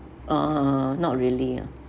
uh not really ya